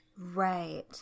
Right